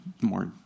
more